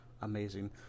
amazing